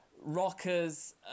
rockers